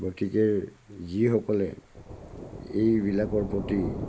গতিকে যিসকলে এইবিলাকৰ প্ৰতি